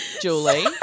Julie